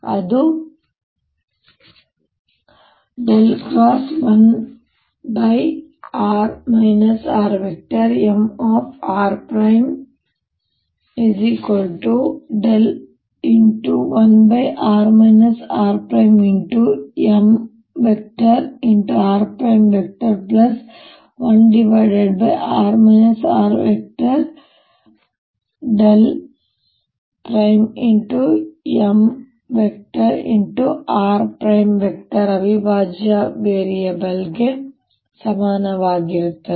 ಅದು 1r rMr1r rMr1r r×Mr ಅವಿಭಾಜ್ಯ variable ಗೆ ಸಮಾನವಾಗಿರುತ್ತದೆ